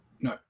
No